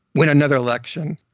win another election?